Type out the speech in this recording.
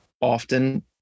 often